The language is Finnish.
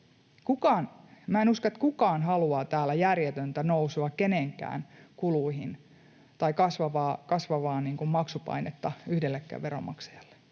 En usko, että kukaan haluaa täällä järjetöntä nousua kenenkään kuluihin tai kasvavaa maksupainetta yhdellekään veronmaksajalle.